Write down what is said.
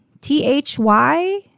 T-H-Y